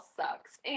sucks